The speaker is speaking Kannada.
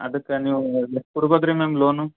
ಅದಕ್ಕೆ ನೀವು ಎಷ್ಟು ಕೊಡ್ಬೋದು ರೀ ಮ್ಯಾಮ್ ಲೋನು